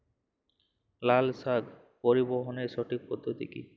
লালশাক পরিবহনের সঠিক পদ্ধতি কি?